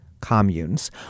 communes